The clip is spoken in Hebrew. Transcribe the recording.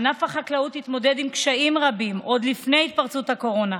ענף החקלאות התמודד עם קשיים רבים עוד לפני התפרצות הקורונה.